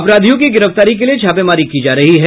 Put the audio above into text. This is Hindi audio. अपराधियों की गिरफ्तारी के लिए छापेमारी की जा रही है